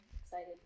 excited